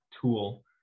tool